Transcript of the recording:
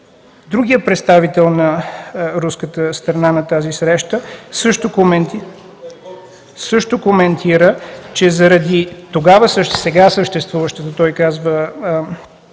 Другият представител на руската страна на тази среща също коментира, че заради тогава – сега съществуващите казва